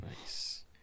Nice